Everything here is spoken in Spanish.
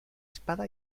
espada